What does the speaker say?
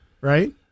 right